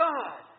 God